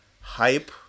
hype